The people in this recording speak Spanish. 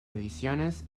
ediciones